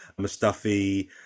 Mustafi